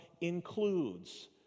includes